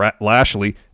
Lashley